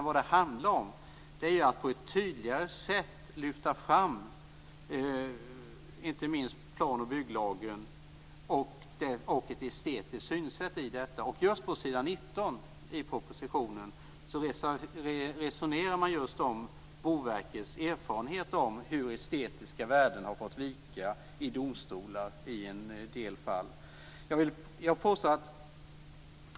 Vad det handlar om är ju att på ett tydligare sätt lyfta fram inte minst plan och bygglagen och ett estetiskt synsätt i detta sammanhang. Just på s. 19 i propositionen resonerar man om Boverkets erfarenheter av hur estetiska värden i en del fall har fått vika i domstolar.